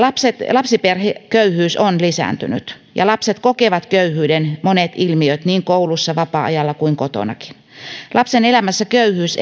lapsiperheköyhyys on lisääntynyt ja lapset kokevat köyhyyden monet ilmiöt niin koulussa vapaa ajalla kuin kotonakin lapsen elämässä köyhyys